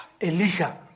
Elisha